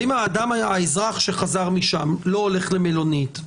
אם האזרח שחזר משם לא הולך למלונית,